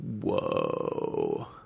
Whoa